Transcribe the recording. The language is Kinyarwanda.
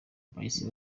bahise